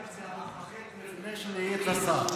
בקדנציה הנוכחית, לפני שנהיית שר.